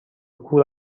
کور